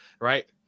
Right